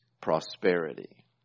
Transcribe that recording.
prosperity